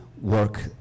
work